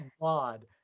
god